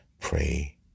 pray